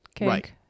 right